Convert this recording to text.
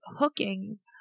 hookings